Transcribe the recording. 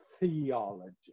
theology